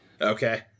Okay